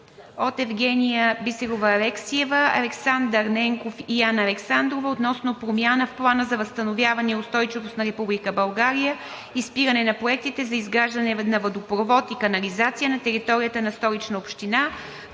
от Евгения Бисерова Алексиева, Александър Ненков и Анна Александрова относно промяна в Плана за възстановяване и устойчивост на Република България и спиране на проектите за изграждане на водопровод и канализация на територията на Столична община